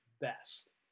best